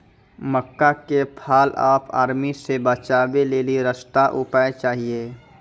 मक्का के fall of army से बचाबै लेली सस्ता उपाय चाहिए?